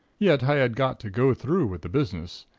yet, i had got to go through with the business,